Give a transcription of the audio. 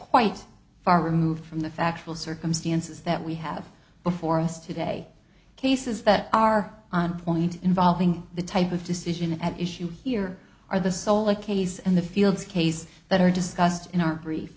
quite far removed from the factual circumstances that we have before us today cases that are involving the type of decision at issue here are the sole a case and the fields case that are discussed in our brief